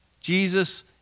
Jesus